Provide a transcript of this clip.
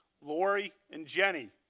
lori, and jenny.